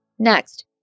Next